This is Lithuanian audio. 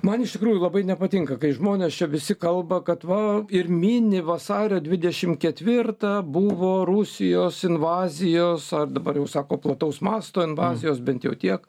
man iš tikrųjų labai nepatinka kai žmonės čia visi kalba kad va ir mini vasario dvidešim ketvirtą buvo rusijos invazijos ar dabar jau sako plataus masto invazijos bent jau tiek